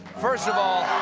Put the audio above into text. first of all